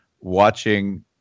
watching